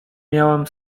miałam